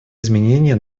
изменения